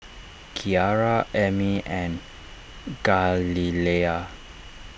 Kiara Emmie and Galilea